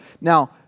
Now